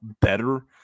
better